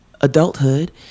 adulthood